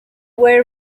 were